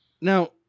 Now